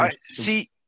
see